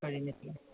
കഴിഞ്ഞിട്ട്